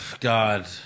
God